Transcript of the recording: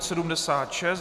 76.